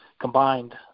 combined